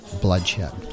bloodshed